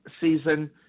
season